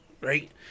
right